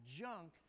junk